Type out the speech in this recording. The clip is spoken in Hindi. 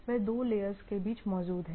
वे दो लेयर्स के बीच मौजूद हैं